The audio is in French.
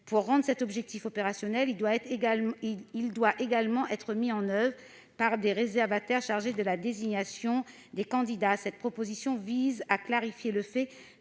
Pour rendre cet objectif opérationnel, celui-ci doit également être mis en oeuvre par les réservataires chargés de la désignation des candidats. Cet amendement vise à clarifier le fait